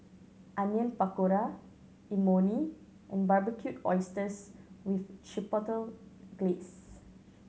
Onion Pakora Imoni and Barbecued Oysters with Chipotle Glaze